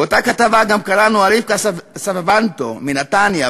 באותה כתבה קראנו על רבקה סבבנטו מנתניה,